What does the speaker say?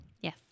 Yes